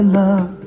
love